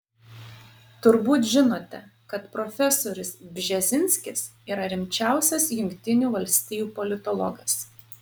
turbūt žinote kad profesorius bžezinskis yra rimčiausias jungtinių valstijų politologas